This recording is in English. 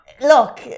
Look